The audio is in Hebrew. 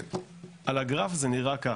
על הגרף זה נראה ככה.